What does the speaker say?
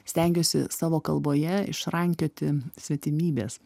stengiuosi savo kalboje išrankioti svetimybes